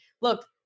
look